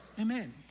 Amen